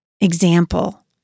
example